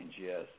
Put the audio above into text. yes